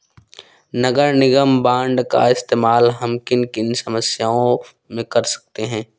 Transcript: नगर निगम बॉन्ड का इस्तेमाल हम किन किन समस्याओं में कर सकते हैं?